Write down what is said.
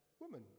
Woman